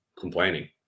complaining